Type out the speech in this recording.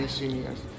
seniors